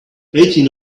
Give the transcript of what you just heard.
eighteen